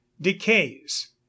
decays